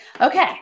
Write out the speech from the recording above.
Okay